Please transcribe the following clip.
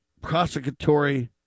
prosecutory